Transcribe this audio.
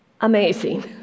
amazing